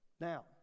now